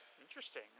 Interesting